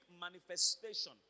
manifestation